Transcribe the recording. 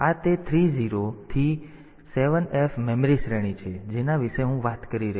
તેથી આ તે 30 થી 7F મેમરી શ્રેણી છે જેના વિશે હું વાત કરી રહ્યો હતો